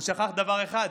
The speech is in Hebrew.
הוא שכח דבר אחד: